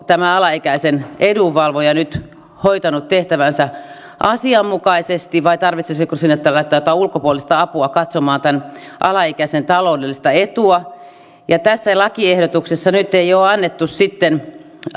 tämä alaikäisen edunvalvoja hoitanut tehtävänsä asianmukaisesti vai tarvitsisiko laittaa jotain ulkopuolista apua katsomaan tämän alaikäisen taloudellista etua tässä lakiehdotuksessa nyt sitten ei ole annettu